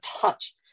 touch